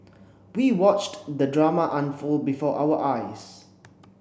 we watched the drama unfold before our eyes